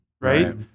right